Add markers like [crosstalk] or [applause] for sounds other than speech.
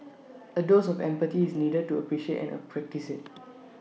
[noise] A dose of empathy is needed to appreciate and practice IT [noise]